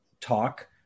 talk